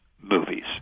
movies